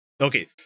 okay